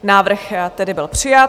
Návrh tedy byl přijat.